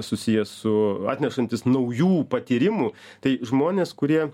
susijęs su atnešantis naujų patyrimų tai žmonės kurie